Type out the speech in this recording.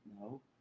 No